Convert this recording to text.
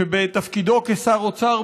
שבתפקידו כשר אוצר,